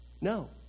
no